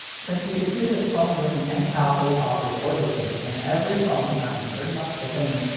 since you could hear this phone ring in any household, office, or business, and every phone sounded pretty much the same,